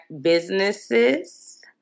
businesses